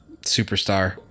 superstar